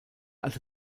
alte